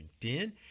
LinkedIn